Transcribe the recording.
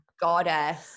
goddess